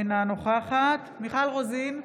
אינה נוכחת מיכל רוזין,